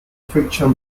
friction